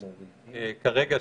שהנסיבות כרגע,